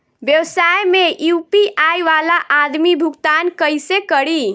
व्यवसाय में यू.पी.आई वाला आदमी भुगतान कइसे करीं?